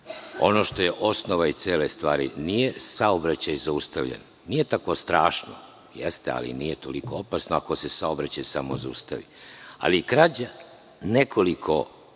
Ono što je osnova cele stvari, nije saobraćaj zaustavljen, nije tako strašno, jeste, ali nije toliko opasno ako se saobraćaj samo zaustavi. Ali, krađa nekoliko